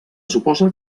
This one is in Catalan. suposa